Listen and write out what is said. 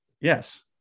yes